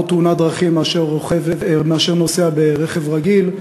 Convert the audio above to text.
תאונת דרכים מאשר לנוסע ברכב רגיל.